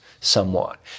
somewhat